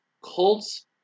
Colts